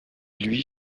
lui